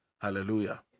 Hallelujah